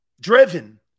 driven